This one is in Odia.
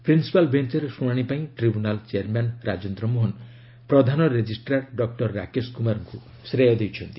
ପ୍ରିନ୍ସପାଲ୍ ବେଞ୍ଚରେ ଶୁଣାଣି ପାଇଁ tribunal chairman Rajendra Mohan' Pradhan registrar doctor Rakesh କୁମାରଙ୍କୁ ଶ୍ରେୟ ଦେଇଛନ୍ତି